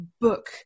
book